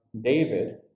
David